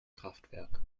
kraftwerk